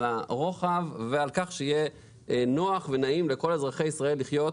על הרוחב ועל כך שיהיה נוח ונעים לכל אזרחי ישראל לחיות,